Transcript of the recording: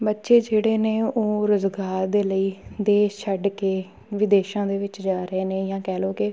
ਬੱਚੇ ਜਿਹੜੇ ਨੇ ਉਹ ਰੁਜ਼ਗਾਰ ਦੇ ਲਈ ਦੇਸ਼ ਛੱਡ ਕੇ ਵਿਦੇਸ਼ਾਂ ਦੇ ਵਿੱਚ ਜਾ ਰਹੇ ਨੇ ਜਾਂ ਕਹਿ ਲਓ ਕਿ